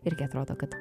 irgi atrodo kad